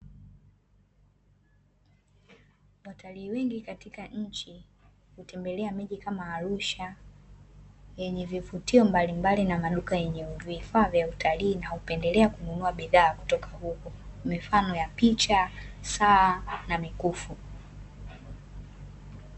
Watalii wengi katika nchi hutembelea miji mingi kama arusha yenye vivutio mbalimbali, na maduka yenye vifaa vya utalii na hupendelea kununua bidhaa kutoka huku, mifano ya picha, saa na mikufu.